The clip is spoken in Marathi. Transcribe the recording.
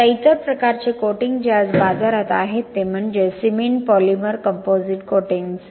आता इतर प्रकारचे कोटिंग जे आज बाजारात आहेत ते म्हणजे सिमेंट पॉलिमर कंपोझिट कोटिंग्स